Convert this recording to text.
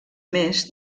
més